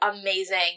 amazing